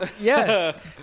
Yes